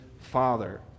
father